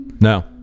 No